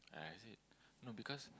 ah is it not because